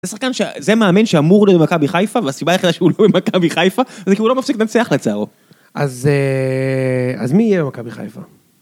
שחקן שזה מאמן שאמור להיות במכבי בחיפה, והסיבה היחידה שהוא לא במכבי בחיפה זה כי הוא לא מפסיק לנצח לצערו. אז מי יהיה במכבי בחיפה?